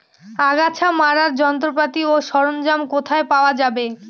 আগাছা মারার যন্ত্রপাতি ও সরঞ্জাম কোথায় পাওয়া যাবে?